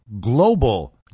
global